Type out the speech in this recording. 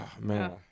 man